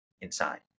inside